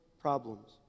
problems